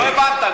לא הבנת.